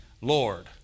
Lord